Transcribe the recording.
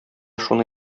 шуны